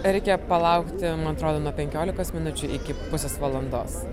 reikia palaukti man atrodo nuo penkiolikos minučių iki pusės valandos